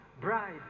bride